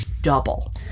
double